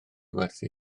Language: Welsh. werthu